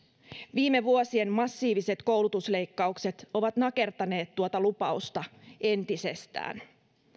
viime vuosien massiiviset koulutusleikkaukset ovat nakertaneet tuota lupausta entisestään